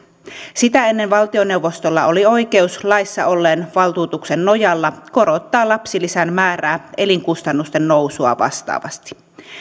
sitä ennen valtioneuvostolla oli oikeus laissa olleen valtuutuksen nojalla korottaa lapsilisän määrää elinkustannusten nousua vastaavasti